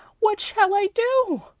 what shall i do?